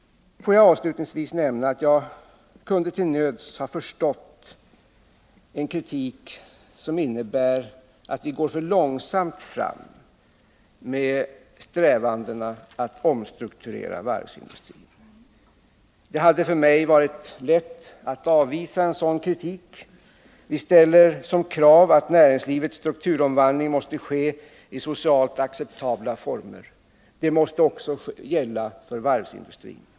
Får jag sedan nämna att jag till nöds kunde ha förstått en kritik som innebär att vi går för långsamt fram med strävandena att omstrukturera varvsindustrin. Det hade för mig varit lätt att avvisa en sådan kritik. Vi ställer som krav att näringslivets strukturomvandling skall ske i socialt acceptabla former. Det måste också gälla för varvsindustrin.